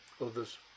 others